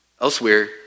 elsewhere